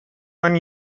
when